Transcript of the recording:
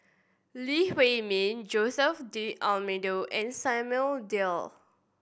Lee Huei Min Jose D'Almeida and Samuel Dyer